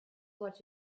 what